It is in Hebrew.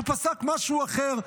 הוא פסק משהו אחר,